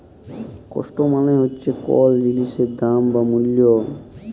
cost মালে হচ্যে কল জিলিসের দাম বা মূল্য